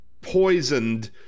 poisoned